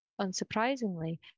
Unsurprisingly